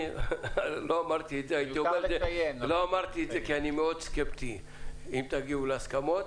לא אמרתי את זה כי אני מאוד סקפטי שתגיעו להסכמות.